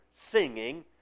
singing